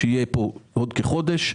עוד כחודש.